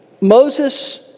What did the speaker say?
Moses